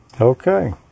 Okay